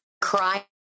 cry